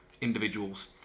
individuals